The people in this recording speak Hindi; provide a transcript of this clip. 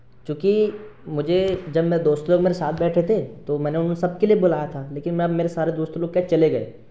चूँकि मुझे जब मेरे दोस्त लोग मेरे साथ बैठे थे तो मैंने उन सब के लिए बुलाया था लेकिन मैं अब मेरे सारे दोस्त लोग क्या चले गए